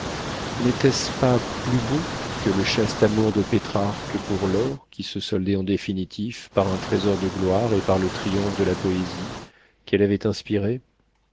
n'était-ce pas plus beau que le chaste amour de pétrarque pour laure qui se soldait en définitive par un trésor de gloire et par le triomphe de la poésie qu'elle avait inspirée